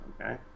okay